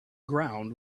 ground